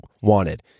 wanted